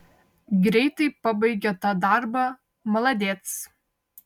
greitai pabaigė tą darbą maladėc